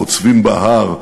חוצבים בהר,